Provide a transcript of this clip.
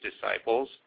disciples